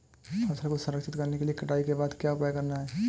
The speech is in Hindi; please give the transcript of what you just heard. फसल को संरक्षित करने के लिए कटाई के बाद के उपाय क्या हैं?